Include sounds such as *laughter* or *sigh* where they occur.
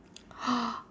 *noise*